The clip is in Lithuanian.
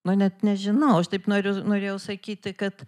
nu net nežinau aš taip noriu norėjau sakyti kad